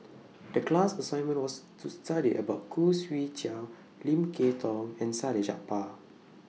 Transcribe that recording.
The class assignment was to study about Khoo Swee Chiow Lim Kay Tong and Salleh Japar